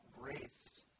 grace